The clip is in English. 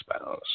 spouse